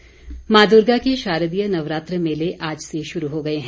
नवरात्र मां दुर्गा के शारदीय नवरात्र मेले आज से शुरू हो गए हैं